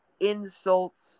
insults